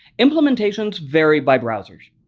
implementations vary by browsers.